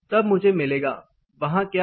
तब मुझे मिलेगा वहाँ क्या है